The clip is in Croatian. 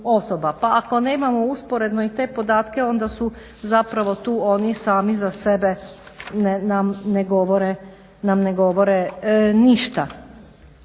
pa ako nemamo usporedno i te podatke onda su zapravo tu oni sami za sebe nam ne govore ništa.